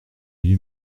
lui